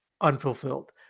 unfulfilled